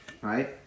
right